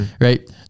Right